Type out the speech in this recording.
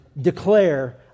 declare